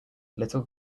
little